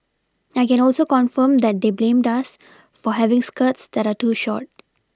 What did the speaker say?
I can also confirm that they blamed us for having skirts that are too short